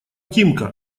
тимка